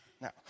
Now